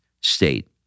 state